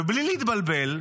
ובלי להתבלבל,